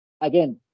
again